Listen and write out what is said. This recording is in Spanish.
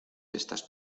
estas